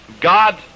God